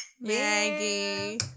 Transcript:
Maggie